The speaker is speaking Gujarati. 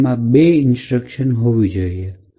કે તેમાં બે ઇન્સ્ટ્રક્શન હોવી જોઈએ